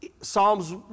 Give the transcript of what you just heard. Psalms